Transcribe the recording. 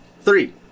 Three